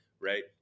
Right